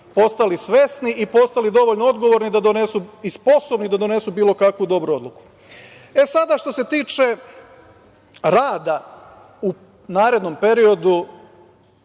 postali svesni i postali dovoljno odgovorni i sposobni da donesu bilo kakvu dobru odluku. Što se tiče rada u narednom periodu,